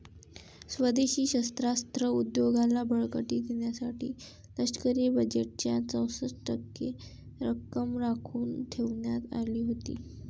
स्वदेशी शस्त्रास्त्र उद्योगाला बळकटी देण्यासाठी लष्करी बजेटच्या चौसष्ट टक्के रक्कम राखून ठेवण्यात आली होती